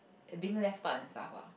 a being left out and stuff ah